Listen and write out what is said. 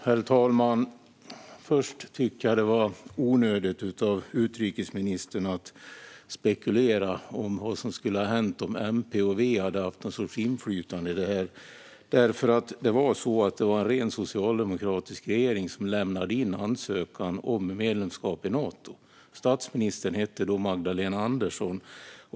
Herr talman! Först tycker jag att det var onödigt av utrikesministern att spekulera om vad som skulle ha hänt om MP och V hade haft något sorts inflytande över detta. Det var en rent socialdemokratisk regering som lämnade in ansökan om medlemskap i Nato. Statsministern hette då Magdalena Andersson.